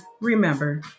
remember